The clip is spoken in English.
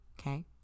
Okay